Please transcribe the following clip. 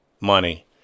money